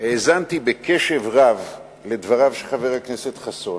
האזנתי בקשב רב לדבריו של חבר הכנסת חסון,